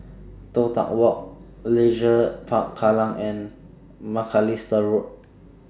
Toh Tuck Walk Leisure Park Kallang and Macalister Road